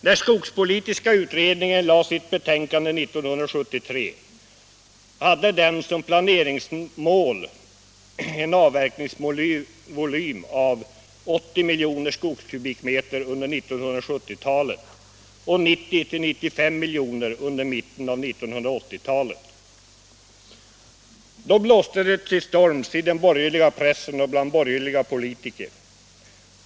När skogspolitiska utredningen lade fram sitt betänkande 1973 hade den som planeringsmål en avverkningsvolym av 80 miljoner skogskubikmeter under 1970-talet och 90-95 miljoner under mitten av 1980-talet. Då blåste det till storm i den borgerliga pressen och bland borgerliga politiker.